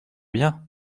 bien